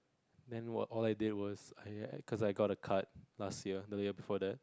then what all I did was I I cause I got a card last year the year before that